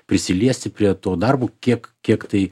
prisiliesti prie to darbo kiek kiek tai